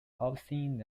housing